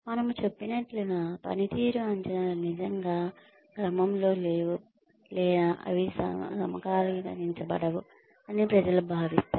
మనము చెప్పినట్లుగా పనితీరు అంచనాలు నిజంగా క్రమం లో లేవు లేదా అవి సమకాలీకరించబడవు అని ప్రజలు భావిస్తారు